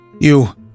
You